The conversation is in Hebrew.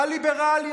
הליברלי,